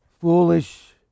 foolish